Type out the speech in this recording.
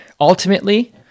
ultimately